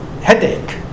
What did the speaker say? headache